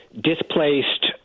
displaced